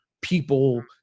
people